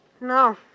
No